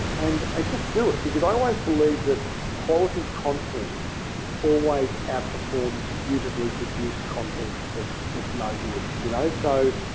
and i just do it because i always believe that quality content always out performs beautifully produced content that's that's no good. you know so,